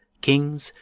kings,